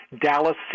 Dallas